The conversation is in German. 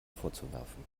vorzuwerfen